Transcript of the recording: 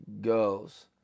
goes